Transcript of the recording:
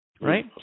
Right